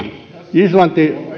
islanti